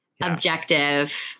objective